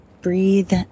breathe